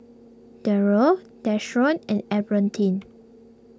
Darryll Deshaun and Albertine